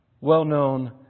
Well-known